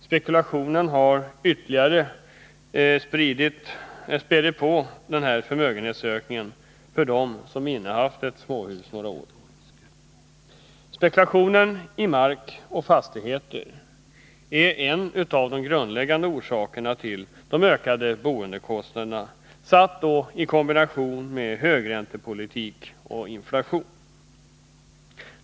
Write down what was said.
För dem som innehaft ett småhus några år har spekulationsverksamheten ytterligare spätt på denna förmögenhetsökning. Spekulationen i mark och fastigheter är i kombination med högräntepolitik och inflation en av de grundläggande orsakerna till de ökande boendekostnaderna.